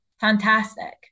fantastic